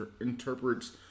interprets